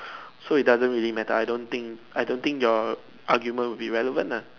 so it doesn't really matter I don't think I don't think your argument will be relevant lah